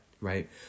right